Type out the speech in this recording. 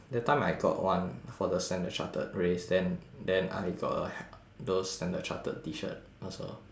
that time I got one for the standard chartered race then then I got uh those standard chartered T-shirt also